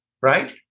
right